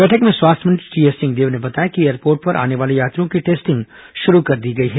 बैठक में स्वास्थ्य मंत्री टीएस सिंहदेव ने बताया कि एयरपोर्ट पर आने वाले यात्रियों की टेस्टिंग शुरू कर दी गई है